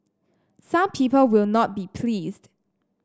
some people will not be pleased